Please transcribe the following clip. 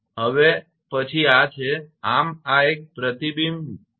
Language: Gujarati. હવે પછી આ છે આમ આ એક પ્રતિબિંબ જે આપણે આકૃતિ 5 માં જોયું છે